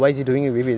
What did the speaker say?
oh ya